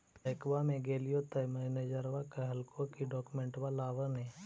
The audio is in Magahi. बैंकवा मे गेलिओ तौ मैनेजरवा कहलको कि डोकमेनटवा लाव ने?